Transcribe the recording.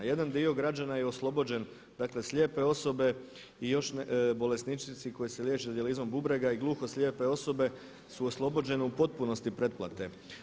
Jedan dio građana je oslobođen, dakle slijepe osobe i još bolesnici koji se liječe s dijalizom bubrega i gluhoslijepe osobe su oslobođene u potpunosti pretplate.